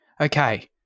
Okay